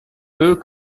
peu